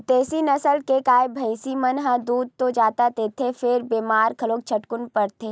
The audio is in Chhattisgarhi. बिदेसी नसल के गाय, भइसी मन ह दूद तो जादा देथे फेर बेमार घलो झटकुन परथे